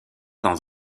dans